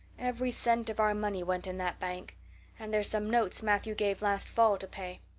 every cent of our money went in that bank and there's some notes matthew gave last fall to pay.